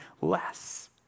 less